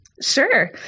Sure